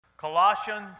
Colossians